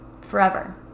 forever